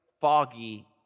Foggy